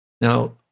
Now